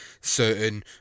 certain